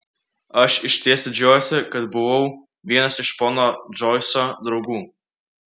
aš išties didžiuojuosi kad buvau vienas iš pono džoiso draugų